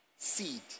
Seed